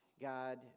God